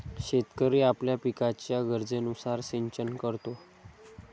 शेतकरी आपल्या पिकाच्या गरजेनुसार सिंचन करतो